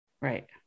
right